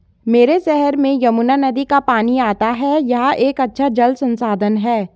मेरे शहर में यमुना नदी का पानी आता है यह एक अच्छा जल संसाधन है